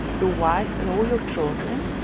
your wife and all your children.